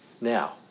Now